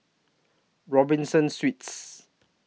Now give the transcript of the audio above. Robinson Suites